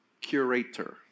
curator